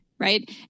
right